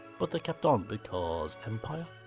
but they kept on, because. empire?